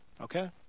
Okay